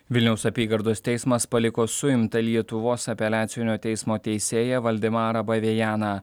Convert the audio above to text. vilniaus apygardos teismas paliko suimtą lietuvos apeliacinio teismo teisėją valdemarą bavejeną